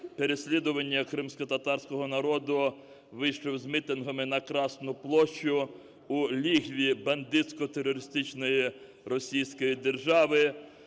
переслідування кримськотатарського народу, вийшов з мітингами на Красну площуу лігві бандитсько-терористичної російської держави.